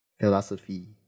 Philosophy